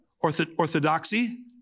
orthodoxy